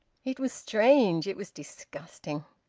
it was strange! it was disgusting.